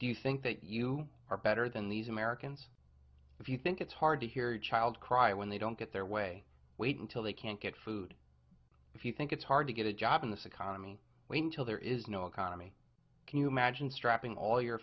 do you think that you are better than these americans if you think it's hard to hear a child cry when they don't get their way wait until they can't get food if you think it's hard to get a job in this economy wait until there is no economy can you imagine strapping all your